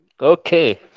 Okay